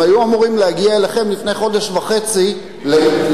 הם היו אמורים להגיע אליכם לפני חודש וחצי לישיבה.